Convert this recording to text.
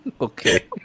Okay